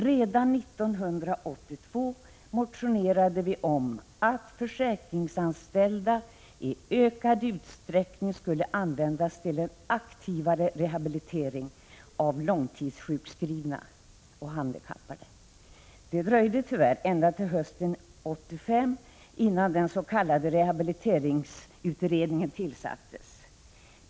Redan 1982 motionerade vi om att försäkringsanställda i ökad utsträckning skulle användas till en aktivare rehabilitering av långtidssjukskrivna och handikappade. Det dröjde tyvärr ända till hösten 1985 innan den s.k. rehabiliteringsutredningen tillsattes.